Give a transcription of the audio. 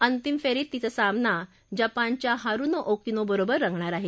अंतिम फेरीत तिचा सामना जपानच्या हारुनो ओकुनो बरोबर रंगणार आहे